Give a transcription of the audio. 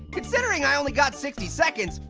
considering i only got sixty seconds,